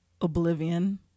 Oblivion